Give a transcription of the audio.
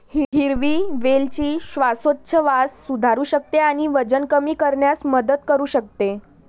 हिरवी वेलची श्वासोच्छवास सुधारू शकते आणि वजन कमी करण्यास मदत करू शकते